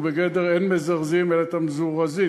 ובגדר אין מזרזים אלא למזורזים.